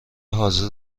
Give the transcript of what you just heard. حاضر